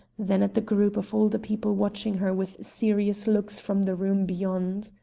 then at the group of older people watching her with serious looks from the room beyond.